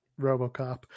Robocop